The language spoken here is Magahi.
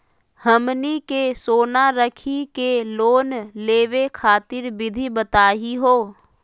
हमनी के सोना रखी के लोन लेवे खातीर विधि बताही हो?